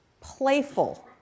playful